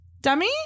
Dummy